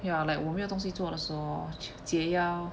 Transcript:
ya like 我没有东西做的时候 lor 解压 orh